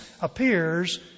appears